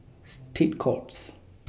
State Courts